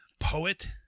Poet